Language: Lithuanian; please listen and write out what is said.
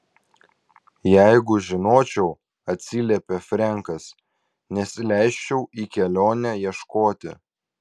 jeigu žinočiau atsiliepė frenkas nesileisčiau į kelionę ieškoti